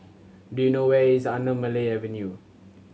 do you know where is Anamalai Avenue